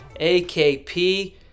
akp